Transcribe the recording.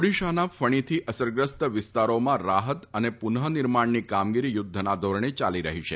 ઓડિશાના ફણીથી અસરગ્રસ્ત વિસ્તારોમાં રાફત અને પુનઃ નિર્માણની કામગીરી યુદ્ધના ધોરણે ચાલી રફી છે